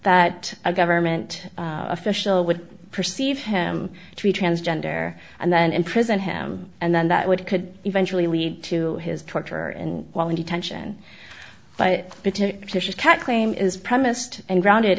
that a government official would perceive him to be transgender and then imprison him and then that would could eventually lead to his torture and while in detention but can't claim is premised and grounded